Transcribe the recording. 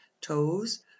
Toes